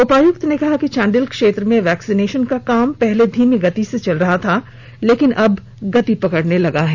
उपायुक्त ने कहा कि चांडिल क्षेत्र में वैक्सीनेशन का काम पहले धीमी गति से चल रहा था लेकिन अब गति पकड़ने लगा है